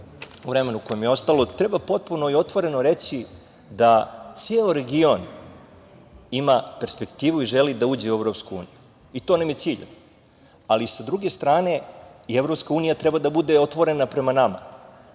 u vremenu koje mi je ostalo, treba potpuno i otvoreno reći da ceo region ima perspektivu i želi da uđe u EU i to nam je cilj, ali sa druge strane i EU treba da bude otvorena prema nama